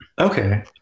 Okay